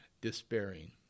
despairing